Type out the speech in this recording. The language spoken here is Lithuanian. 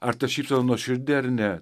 ar ta šypsena nuoširdi ar ne